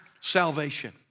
salvation